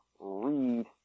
read